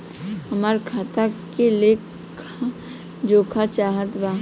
हमरा खाता के लेख जोखा चाहत बा?